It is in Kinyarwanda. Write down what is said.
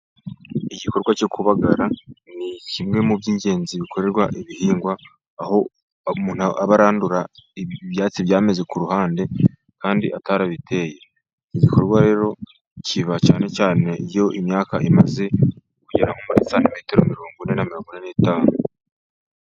Igikorwa cyo kubagara ni kimwe mu by'ingenzi bikorerwa ibihingwa aho umuntu aba arandura ibyatsi byameze ku ruhande kandi atarabiteye. Igikorwa rero kiba cyane cyane iyo imyaka imaze kugera nko muri santimetero mirongo ine na mirongo ine n'itanu.